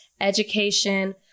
education